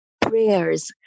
prayers